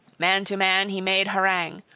man to man, he made harangue,